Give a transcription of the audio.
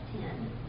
ten